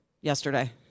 yesterday